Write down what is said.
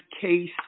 case